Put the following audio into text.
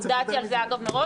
הודעתי על זה אגב מראש.